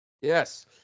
Yes